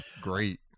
great